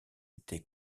été